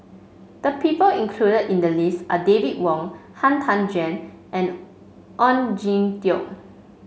the people included in the list are David Wong Han Tan Juan and Oon Jin Teik